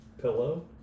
Pillow